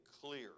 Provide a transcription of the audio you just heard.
clear